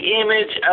image